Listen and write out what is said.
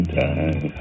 time